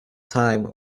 time